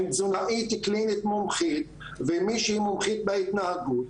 עם תזונאית קלינית מומחית ומישהי מומחית בהתנהגות,